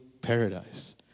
paradise